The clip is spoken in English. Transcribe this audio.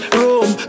room